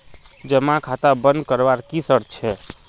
जमा खाता बन करवार की शर्त छे?